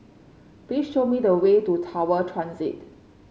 please show me the way to Tower Transit